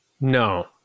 No